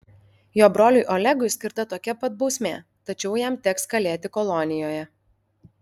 jo broliui olegui skirta tokia pat bausmė tačiau jam teks kalėti kolonijoje